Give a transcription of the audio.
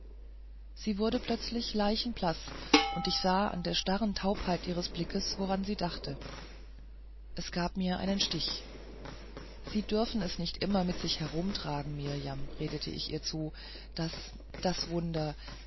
sie wurde plötzlich leichenblaß und ich sah an der starren taubheit ihres blickes woran sie dachte es gab mir einen stich sie dürfen es nicht immer mit sich herumtragen mirjam redete ich ihr zu das das wunder